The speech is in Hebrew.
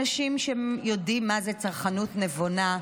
אנשים שיודעים מה זאת צרכנות נבונה,